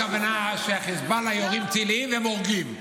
הכוונה שחיזבאללה יורים טילים והם הורגים.